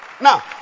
Now